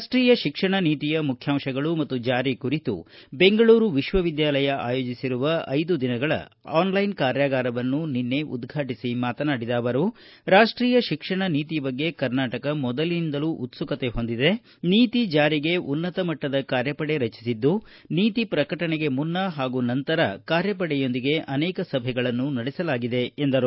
ರಾಷ್ಷೀಯ ಶಿಕ್ಷಣ ನೀತಿಯ ಮುಖ್ಖಾಂತಗಳು ಮತ್ತು ಜಾರಿ ಕುರಿತು ಬೆಂಗಳೂರು ವಿಶ್ವವಿದ್ಯಾಲಯ ಆಯೋಜಿಸಿರುವ ಐದು ದಿನಗಳ ಆನ್ಲೈನ್ ಕಾರ್ಯಾಗಾರವನ್ನು ನಿನ್ನೆ ಉದ್ಘಾಟಿಸಿ ಮಾತನಾಡಿದ ಅವರು ರಾಷ್ಷೀಯ ಶಿಕ್ಷಣ ನೀತಿ ಬಗ್ಗೆ ಕರ್ನಾಟಕ ಮೊದಲಿನಿಂದಲೂ ಉತ್ಸುಕತೆ ಹೊಂದಿದೆ ನೀತಿ ಜಾರಿಗೆ ಉನ್ನತ ಮಟ್ಟದ ಕಾರ್ಯಪಡೆ ರಚಿಸಿದ್ದು ನೀತಿ ಪ್ರಕಟಣೆಗೆ ಮುನ್ನ ಹಾಗೂ ನಂತರ ಕಾರ್ಯಪಡೆಯೊಂದಿಗೆ ಅನೇಕ ಸಭೆಗಳನ್ನು ನಡೆಸಲಾಗಿದೆ ಎಂದರು